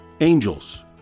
Angels